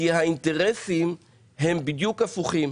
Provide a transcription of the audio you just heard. כי האינטרסים הם בדיוק הפוכים.